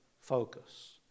focus